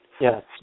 Yes